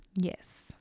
Yes